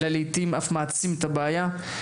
לעיתים אף מעצים את הבעיה.